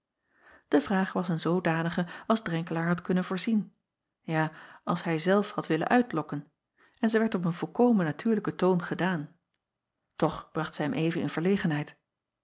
e vraag was een zoodanige als renkelaer had kunnen voorzien ja als hij zelf had willen uitlokken en zij werd op een volkomen natuurlijken toon gedaan och bracht zij hem even in verlegenheid